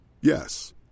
Yes